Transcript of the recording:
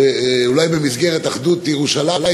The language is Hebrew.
אולי במסגרת אחדות ירושלים,